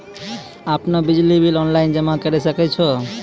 आपनौ बिजली bill online जमा करै सकै छौ?